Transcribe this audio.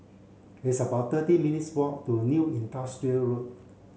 it's about thirty minutes' walk to New Industrial Road